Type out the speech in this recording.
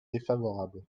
défavorable